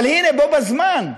אבל הנה, בו בזמן,